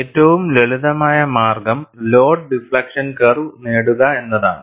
ഏറ്റവും ലളിതമായ മാർഗം ലോഡ് ഡിഫ്ലക്ഷൻ കർവ് നേടുക എന്നതാണ്